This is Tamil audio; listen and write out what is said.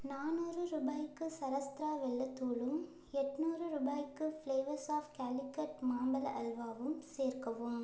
நானூறு ரூபாய்க்கு சரஸ்த்ரா வெல்லத் தூளும் எட்னூறு ரூபாய்க்கு ஃப்ளேவர்ஸ் ஆஃப் கேலிகட் மாம்பழ அல்வாவும் சேர்க்கவும்